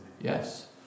Yes